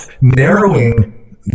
Narrowing